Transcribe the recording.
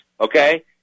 Okay